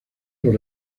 los